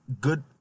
good